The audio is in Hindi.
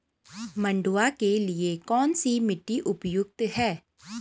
मंडुवा के लिए कौन सी मिट्टी उपयुक्त है?